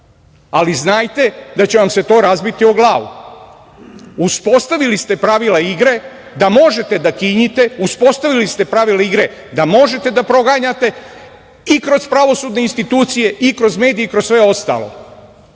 ali znajte da će vam se to razbiti o glavu. Uspostavili ste pravila igre da možete da kinjite, uspostavili ste pravile igre da možete da proganjate i kroz pravosudne institucije i kroz medije i kroz sve ostalo.